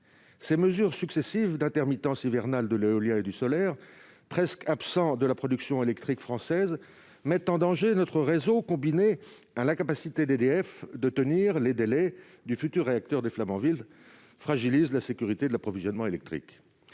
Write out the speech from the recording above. Ces mesures successives et l'intermittence hivernale de l'éolien et du solaire, presque absents de la production électrique française, mettent en danger notre réseau. S'ajoutant à l'incapacité d'EDF de tenir les délais de livraison du futur réacteur de Flamanville, ces difficultés fragilisent la sécurité de l'approvisionnement électrique.